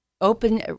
open